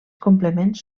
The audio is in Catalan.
complements